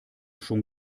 schon